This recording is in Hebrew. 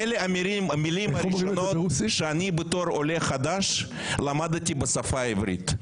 אלה המילים הראשונות שאני כעולה חדש למדתי בשפה העברית.